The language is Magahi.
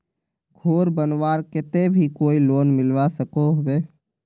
घोर बनवार केते भी कोई लोन मिलवा सकोहो होबे?